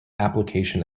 application